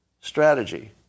strategy